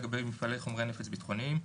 לגבי מפעלי חומרי נפץ ביטחוניים.